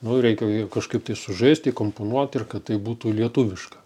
nu reikėjo kažkaip tai sužaist įkomponuot ir kad tai būtų lietuviška